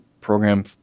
program